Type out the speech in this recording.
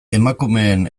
emakumeen